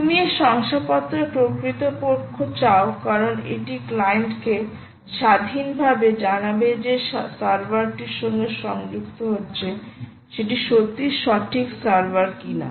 তুমি এই শংসাপত্র কর্তৃপক্ষ চাও কারণ এটি ক্লায়েন্টকে স্বাধীনভাবে জানাবে যে সার্ভারটিরসঙ্গে সংযুক্ত হচ্ছে সেটি সত্যই সঠিক সার্ভার কিনা